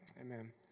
Amen